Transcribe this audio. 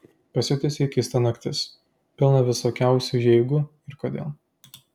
pasiutusiai keista naktis pilna visokiausių jeigu ir kodėl